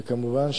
וכמובן,